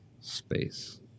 space